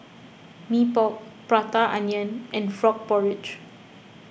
Mee Pok Prata Onion and Frog Porridge